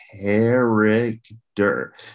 character